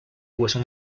hueso